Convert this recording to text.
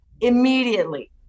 immediately